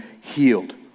healed